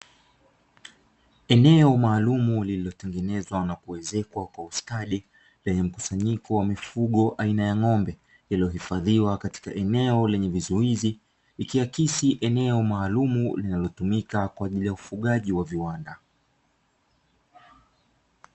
Eneo maalumu lililotengenezwa na kuezekwa kwa ustadi, lenye mkusanyiko wa mifugo aina ya ng'ombe iliyohifadhiwa katika eneo lenye vizuizi, ikiakisi ni eneo maalumu linalotumika kwa ajili ya ufugaji wa viwanda.